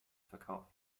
verkauft